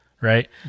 right